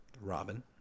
Robin